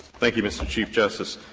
thank you, mr. chief justice.